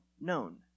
known